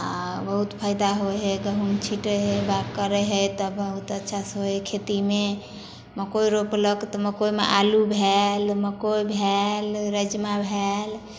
आओर बहुत फायदा होइ हइ गहूम छिटै हइ बाउग करै हइ बहुत अच्छासे होइ हइ खेतीमे मकइ रोपलक तऽ मकइमे आलू भेल मकइ भेल राजमा भेल